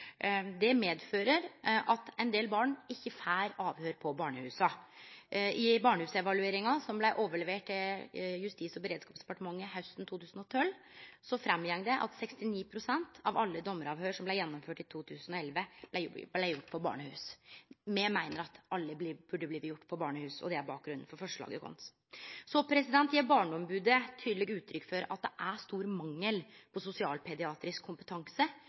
Det medfører at ein del barn ikkje får avhøyr på barnehusa. I Barnehusevalueringa, som blei overlevert Justis- og beredskapsdepartementet hausten 2012, framgår det at 69 pst. av alle dommaravhøyra som blei gjennomførte i 2011, blei gjorde på barnehus. Me meiner at alle burde bli gjorde på barnehus, og det er bakgrunnen for forslaget vårt. Barneombodet gjev tydeleg uttrykk for at det er stor mangel på sosialpediatrisk kompetanse